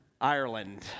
Ireland